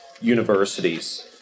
universities